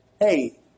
hey